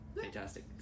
Fantastic